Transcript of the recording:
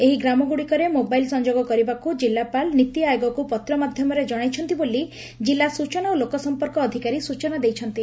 ଏହି ଗ୍ରାମଗୁଡ଼ିକରେ ମୋବାଇଲ୍ ସଂଯୋଗ କରିବାକୁ ଜିଲ୍ଲାପାଳ ନିତିଆୟୋଗକୁ ପତ୍ର ମାଧ୍ଧମରେ ଜଶାଇଛନ୍ତି ବୋଲି ଜିଲ୍ଲା ସ୍ବଚନା ଓ ଲୋକ ସମ୍ପର୍କ ଅଧିକାରୀ ସ୍ରଚନା ଦେଇଛନ୍ତି